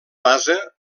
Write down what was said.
base